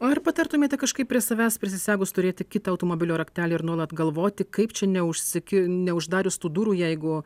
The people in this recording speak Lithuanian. o ar patartumėte kažkaip prie savęs prisisegus turėti kitą automobilio raktelį ir nuolat galvoti kaip čia neužsiki neuždarius tų durų jeigu